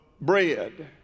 bread